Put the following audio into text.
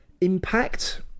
impact